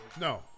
No